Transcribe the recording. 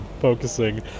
focusing